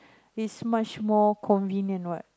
is much more convenient what